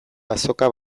azoka